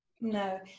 no